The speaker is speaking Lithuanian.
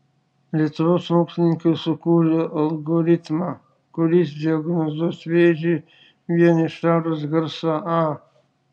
lietuvos mokslininkai sukūrė algoritmą kuris diagnozuos vėžį vien ištarus garsą a